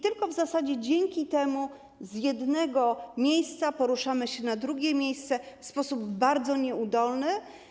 Tylko w zasadzie dzięki temu z jednego miejsca poruszamy się na drugie miejsce w sposób bardzo nieudolny.